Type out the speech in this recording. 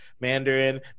Mandarin